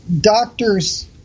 doctors